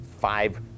five